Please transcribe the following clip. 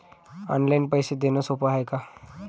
Online पैसे देण सोप हाय का?